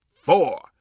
four